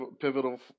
pivotal